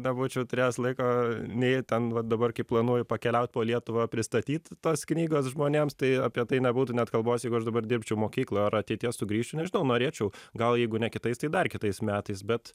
nebūčiau turėjęs laiko nei ten va dabar kaip planuoju pakeliaut po lietuvą pristatyt tos knygos žmonėms tai apie tai nebūtų net kalbos jeigu aš dabar dirbčiau mokykloj ar ateityje sugrįšiu nežinau norėčiau gal jeigu ne kitais tai dar kitais metais bet